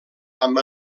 amb